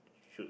should